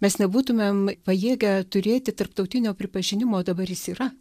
mes nebūtumėm pajėgę turėti tarptautinio pripažinimo dabar jis yra